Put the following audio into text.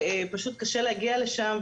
פשוט קשה להגיע לשם,